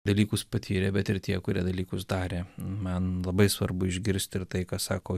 dalykus patyrė bet ir tie kurie dalykus darė man labai svarbu išgirsti ir tai ką sako